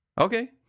okay